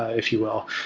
ah if you will,